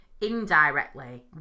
indirectly